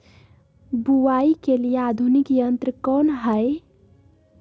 बुवाई के लिए आधुनिक यंत्र कौन हैय?